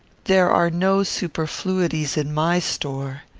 there are no superfluities in my store.